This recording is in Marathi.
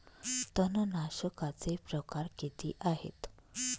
तणनाशकाचे प्रकार किती आहेत?